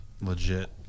Legit